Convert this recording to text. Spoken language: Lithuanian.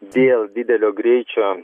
dėl didelio greičio